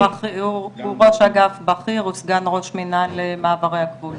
הוא ראש אגף בכיר, הוא סגן ראש מינהל מעברי הגבול.